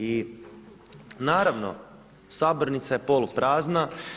I naravno sabornica je polu prazna.